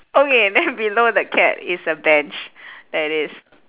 okay then below the cat is a bench that is